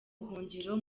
buhungiro